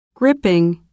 gripping 。